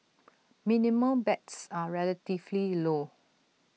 minimum bets are relatively low